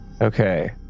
okay